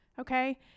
okay